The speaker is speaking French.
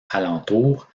alentour